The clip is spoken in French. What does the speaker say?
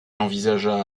envisagea